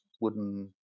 wooden